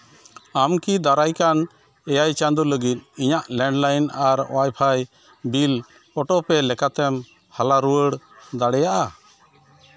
ᱟᱢ ᱠᱤ ᱫᱟᱨᱟᱭ ᱠᱟᱱ ᱮᱭᱟᱭ ᱪᱟᱸᱫᱳ ᱞᱟᱹᱜᱤᱫ ᱤᱧᱟᱹᱜ ᱞᱮᱱᱰ ᱞᱟᱹᱭᱤᱱ ᱟᱨ wifi bill autopay ᱞᱮᱠᱟᱛᱮᱢ ᱦᱟᱞᱟ ᱨᱩᱣᱟᱹᱲ ᱫᱟᱲᱮᱭᱟᱜᱼᱟ